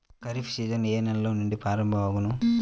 Kharif season ఏ నెల నుండి ప్రారంభం అగును?